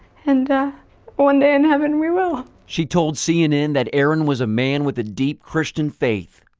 and one day in heaven we will. she told cnn that aaron was man with a deep christian faith.